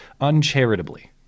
uncharitably